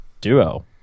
duo